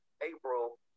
April